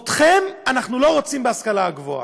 אתכם אנחנו לא רוצים בהשכלה הגבוהה.